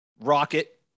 rocket